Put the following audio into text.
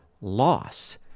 loss